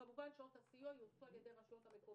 כמובן שעות הסיוע יועסקו על ידי הרשויות המקומיות.